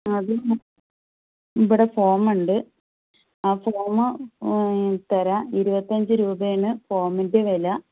അത് ഇവിടെ ഫോം ഉണ്ട് ആ ഫോം തരാം ഇരുപത്തിയഞ്ച് രൂപയാണ് ഫോമിൻ്റെ വില